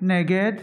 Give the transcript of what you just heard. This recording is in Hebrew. נגד